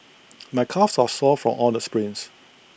my calves are sore from all the sprints